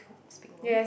speak Rome